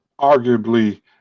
arguably